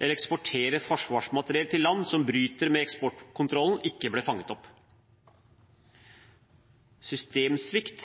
eller eksportere forsvarsmateriell til land som bryter med eksportkontrollen, ikke ble fanget opp. Det er systemsvikt